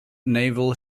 naval